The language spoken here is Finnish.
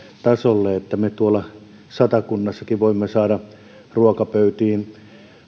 tasolle että me tuolla satakunnassakin voimme saada ruokapöytiin